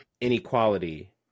inequality